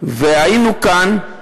והיינו כאן,